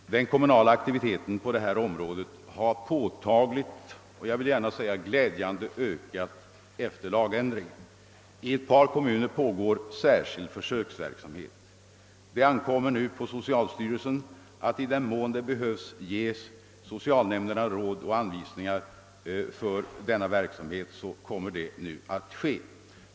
Den kommunala aktiviteten på det området har påtagligt — och jag vill gärna säga glädjande — ökat efter lagändringen. I ett par kommuner' pågår särskild försöksverksamhet. Det ankommer nu på socialstyrelsen att ge socialnämnderna råd och anvisningar för denna verksamhet, i den mån behov härav föreligger.